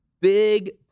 big